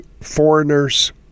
foreigners